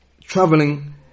Traveling